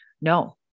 no